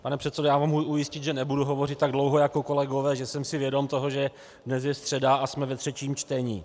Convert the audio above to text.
Pane předsedo, mohu vás ujistit, že nebudu hovořit tak dlouho jako kolegové, že jsem si vědom toho, že dnes je středa a jsme ve třetím čtení.